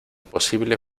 posible